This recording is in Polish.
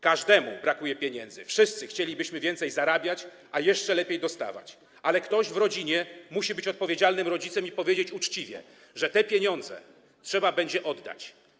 Każdemu brakuje pieniędzy, wszyscy chcielibyśmy więcej zarabiać albo jeszcze lepiej dostawać, ale ktoś w rodzinie musi być odpowiedzialnym rodzicem i powiedzieć uczciwie, że te pieniądze trzeba będzie oddać.